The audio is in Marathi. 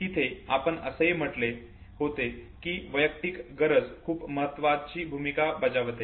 आणि तिथे आपण असेही म्हटले होते की वैयक्तिक गरज खूप महत्वाची भूमिका बजावते